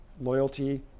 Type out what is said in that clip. Loyalty